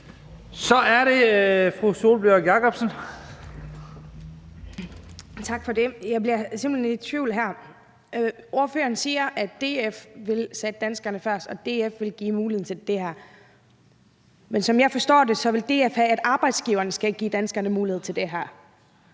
Kl. 20:40 Sólbjørg Jakobsen (LA): Tak for det. Jeg bliver simpelt hen i tvivl her. Ordføreren siger, at DF vil sætte danskerne først og DF vil give muligheden for det her. Men som jeg forstår det, vil DF have, at arbejdsgiverne skal give danskerne mulighed for det her,